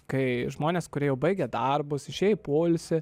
kai žmonės kurie jau baigia darbus išėję į poilsį